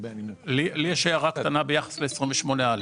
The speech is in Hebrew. לי הערה קצרה ביחס ל-28א.